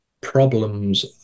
problems